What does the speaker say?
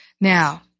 Now